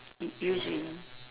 u~ use already